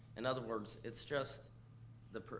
in other words, it's just the,